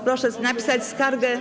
Proszę napisać skargę.